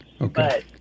Okay